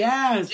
Yes